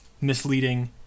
misleading